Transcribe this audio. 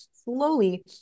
slowly